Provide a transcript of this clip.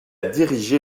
dirigé